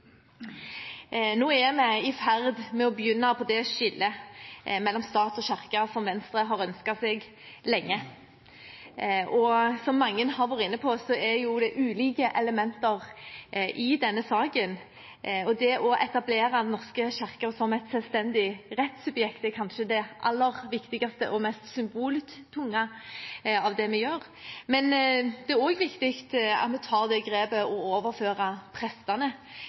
Nå er vi i ferd med å begynne på det skillet mellom stat og kirke som Venstre har ønsket seg lenge. Som mange har vært inne på, er det ulike elementer i denne saken, og det å etablere Den norske kirke som et selvstendig rettssubjekt, er kanskje det aller viktigste og mest symboltunge av det vi gjør. Men det er også viktig at vi tar det grepet med å overføre prestene